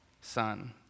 son